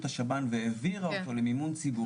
השב"ן והעבירה אותו למימון ציבורי,